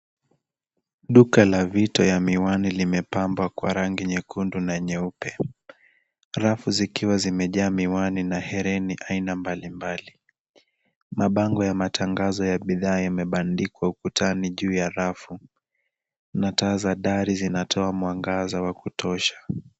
Duka la vito ya miwani limepakwa rangi nyekundu na nyeupe rafu zikiwa zimejaa miwani na hereni aina mbalimbali. Mabango ya matangazo ya bidhaa yamebandikwa ukutani juu ya rafu na taa za dari zinatoa mwangaza wa kutosha.